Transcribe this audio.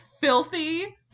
filthy